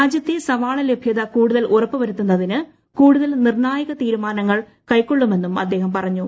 രാജ്യത്തെ സവാള ലഭൃത കൂടുതൽ ഉറപ്പുവരുത്തുന്നതിന് കൂടുതൽ നിർണ്ണായക തീരുമാനങ്ങൾ കൈക്കൊള്ളുമെന്നും അദ്ദേഹം പറഞ്ഞു